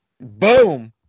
boom